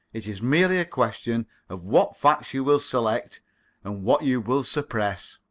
it is merely a question of what facts you will select and what you will suppress.